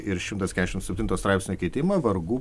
ir šimtas kedešim septinto straipsnio keitimą vargu